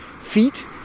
feet